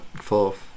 Fourth